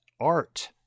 art